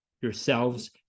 yourselves